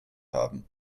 haben